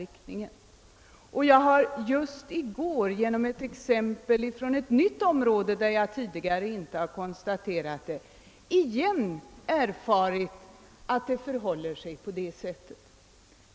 Så sent som i går erfor jag åter genom ett exempel från ett nytt område, där jag tidigare saknat erfarenhet, att det förhåller sig på det sättet.